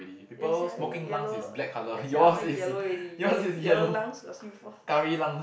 ya sia I think get yellow ya sia mine yellow already yellow yellow lungs got see before